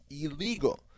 illegal